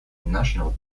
national